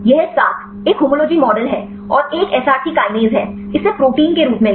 यह 7 एक homology model है और एक Src kinase है इसे प्रोटीन के रूप में लें